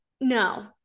no